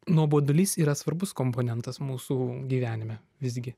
nuobodulys yra svarbus komponentas mūsų gyvenime visgi